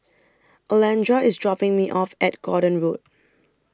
Alondra IS dropping Me off At Gordon Road